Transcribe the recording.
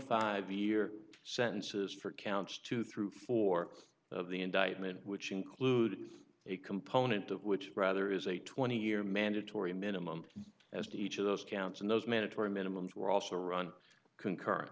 five year sentences for counts two through four of the indictment which include a component of which rather is a twenty year mandatory minimum as to each of those counts and those mandatory minimums were also run concurren